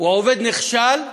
הוא עובד נחשל,